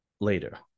later